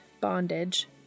Bondage